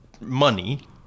money